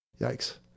Yikes